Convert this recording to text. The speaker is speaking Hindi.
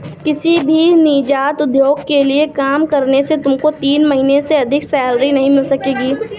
किसी भी नीजात उद्योग के लिए काम करने से तुमको तीन महीने से अधिक सैलरी नहीं मिल सकेगी